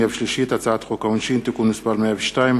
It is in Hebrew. הצעת חוק העונשין (תיקון מס' 102),